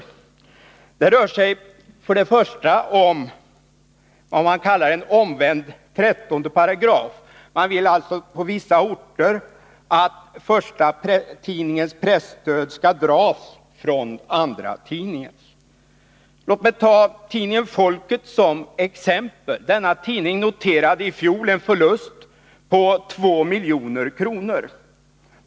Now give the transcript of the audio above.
14 april 1982 Det rör sig först och främst om vad man kan kalla en omvänd 13 §. Man vill på vissa orter att förstatidningens presstöd skall dras från andratidningens. Låt mig ta tidningen Folket som ett exempel på detta. Denna tidning noterade i fjol en förlust på 2 milj.kr.